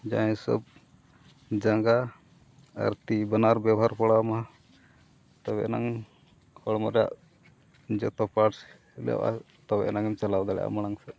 ᱡᱟᱦᱟᱸ ᱦᱤᱥᱟᱹᱵ ᱡᱟᱸᱜᱟ ᱟᱨ ᱛᱤ ᱵᱟᱱᱟᱨ ᱵᱮᱵᱚᱦᱟᱨ ᱯᱟᱲᱟᱣ ᱟᱢᱟ ᱛᱚᱵᱮ ᱮᱱᱟᱝ ᱦᱚᱲᱢᱚ ᱨᱮᱭᱟᱜ ᱡᱚᱛᱚ ᱯᱟᱨᱴᱥ ᱦᱤᱞᱟᱹᱜᱼᱟ ᱛᱚᱵᱮ ᱮᱱᱟᱝ ᱮᱢ ᱪᱟᱞᱟᱣ ᱫᱟᱲᱮᱭᱟᱜᱼᱟ ᱢᱟᱲᱟᱝ ᱥᱮᱫ